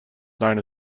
known